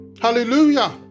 Hallelujah